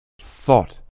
Thought